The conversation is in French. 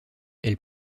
elle